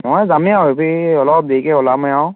মই যামেই আৰু এই অলপ দেৰিকৈ ওলামেই আৰু